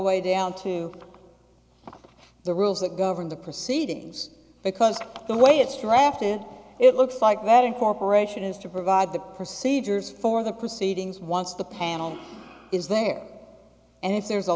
way down to the rules that govern the proceedings because the way it's drafted it looks like that incorporation is to provide the procedures for the proceedings once the panel is there and if there's a